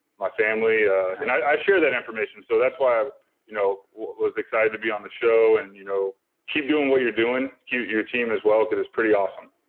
my family. ah and i share that information so that's why ah you know i was excited to be on the show and you know keep doing what you're doing, your your team as well because it's pretty awesome